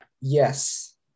Yes